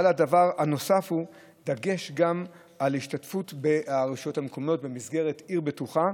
אבל הדבר הנוסף הוא דגש על השתתפות הרשויות המקומיות במסגרת עיר בטוחה,